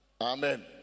Amen